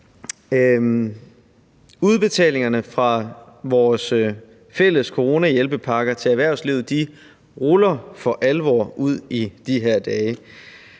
Udbetalingerne fra vores fælles coronahjælpepakker til erhvervslivet rulles for alvor ud i de her dage.